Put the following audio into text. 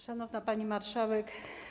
Szanowna Pani Marszałek!